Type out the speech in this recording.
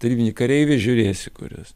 tarybinį kareivį žiūrėsi kuris